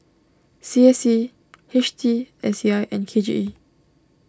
C S C H T S C I and K J E